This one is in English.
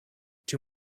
too